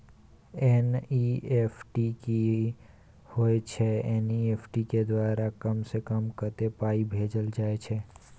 NEFT की होय छै एन.ई.एफ.टी के द्वारा कम से कम कत्ते पाई भेजल जाय छै?